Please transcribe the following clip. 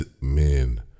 men